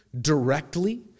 directly